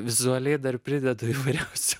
vizualiai dar prideda įvairiausių